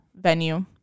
venue